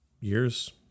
years